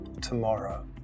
tomorrow